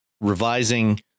revising